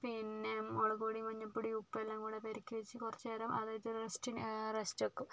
പിന്നെ മുളക് പൊടി മഞ്ഞൾ പൊടി ഉപ്പ് എല്ലാം കൂടി പുരട്ടി വെച്ച് കുറച്ച് നേരം അതായത് റസ്റ്റ് റസ്റ്റ് വെക്കും